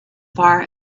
far